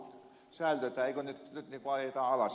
nyt niitä ajetaan alas